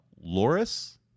loris